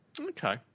Okay